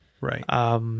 Right